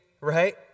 right